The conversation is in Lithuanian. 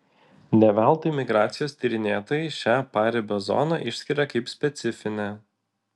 ne veltui migracijos tyrinėtojai šią paribio zoną išskiria kaip specifinę